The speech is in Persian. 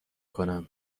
کنم